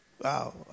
Wow